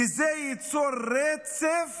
כי זה ייצור רצף